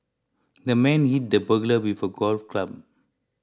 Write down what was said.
the man hit the burglar with a golf club